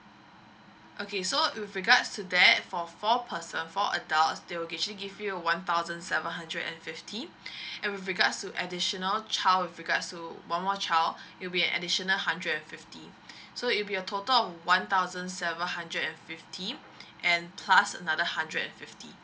okay so with regards to that for four person four adults they will be actually give you uh one thousand seven hundred and fifty and with regards to additional child with regards to one more child it'll be an additional hundred and fifty so it'll be a total of one thousand seven hundred and fifty and plus another hundred and fifty